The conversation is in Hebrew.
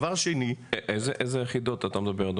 דבר שני --- אדוני, על איזה יחידות אתה מדבר?